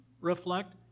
reflect